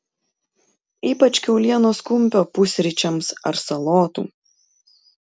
ypač kiaulienos kumpio pusryčiams ar salotų